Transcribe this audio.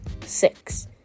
six